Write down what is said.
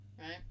Right